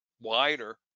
wider